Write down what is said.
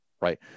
right